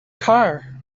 car